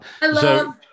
Hello